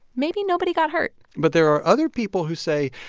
maybe nobody got hurt but there are other people who say,